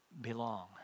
belong